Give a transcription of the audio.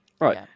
Right